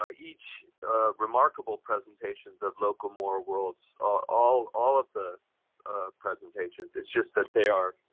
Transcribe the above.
ah each remarkable presentations of local moral worlds all all of the presentations. it's just that they are